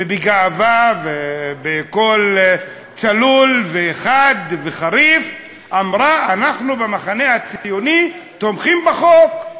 ובגאווה ובקול צלול וחד וחריף אמרה: אנחנו במחנה הציוני תומכים בחוק.